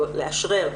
אבל לאשרר,